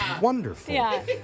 wonderful